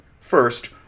First